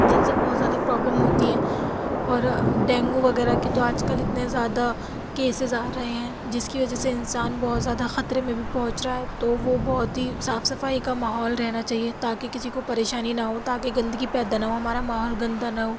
جن سے بہت زیادہ پرابلم ہوتی ہے اور ڈینگو وغیرہ کی تو آج کل اتنا زیادہ کیسز آ رہے ہیں جس کی وجہ سے انسان بہت زیادہ خطرے میں بھی پہنچ رہا ہے تو وہ بہت ہی صاف صفائی کا ماحول رہنا چاہیے تاکہ کسی کو پریشانی نہ ہو تاکہ گندگی پیدا نہ ہو ہمارا ماحول گندا نہ ہو